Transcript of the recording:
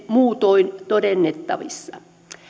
muutoin todennettavissa